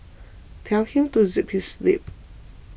tell him to zip his lip